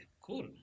cool